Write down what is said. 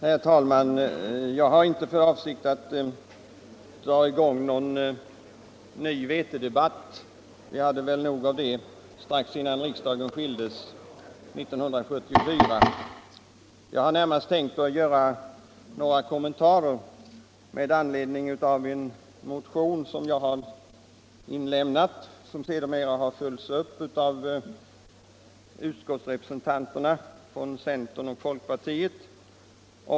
Herr talman! Jag har inte för avsikt att dra i gång någon ny vetedebatt — vi hade väl nog av sådan strax innan riksdagen åtskildes 1974. Jag har närmast tänkt göra några kommentarer med anledning av en motion som jag har väckt och som i utskottet har följts upp av ledamöterna från centerpartiet och folkpartiet.